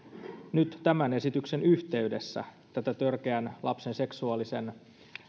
nyt tämän esityksen yhteydessä tätä törkeän lapsen seksuaalisen